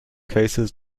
cases